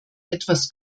etwas